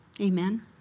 Amen